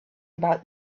about